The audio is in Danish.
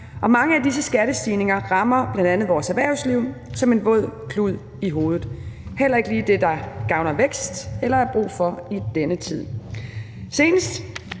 og mange af disse skattestigninger rammer bl.a. vores erhvervsliv som en våd klud i hovedet. Det er heller ikke lige det, der gavner væksten, eller der er brug for i denne tid. Senest